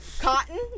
Cotton